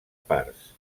parts